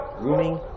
grooming